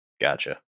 Gotcha